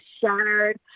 shattered